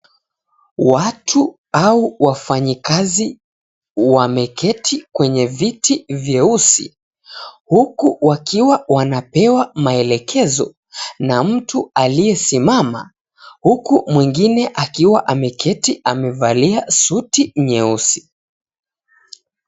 Watu au wafanyikazi wameketi kwenye viti vyeusi huku wakiwa wanapewa maelekezo na mtu aliesimama huku mwingine akiwa ameketi amevalia suti nyeusi.